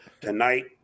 tonight